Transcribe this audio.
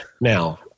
now